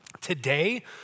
Today